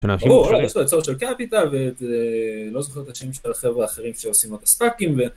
סושיאל קפיטל ולא זוכר את השם של החברה האחרים שעושים את ספאקים.